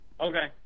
Okay